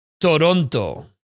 Toronto